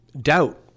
doubt